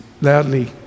Loudly